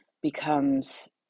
becomes